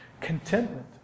contentment